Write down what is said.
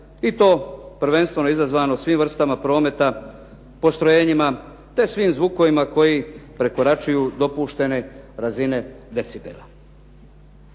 i to prvenstveno izazvano svim vrstama prometa, postrojenjima te svim zvukovima koji prekoračuju dopuštene razine decibela.